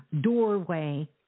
doorway